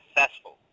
successful